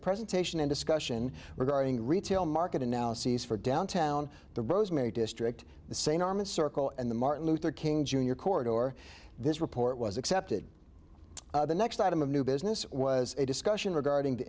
presentation in discussion regarding retail market analysis for downtown the rosemary district the same norman circle and the martin luther king jr corridor this report was accepted the next item of new business was a discussion regarding the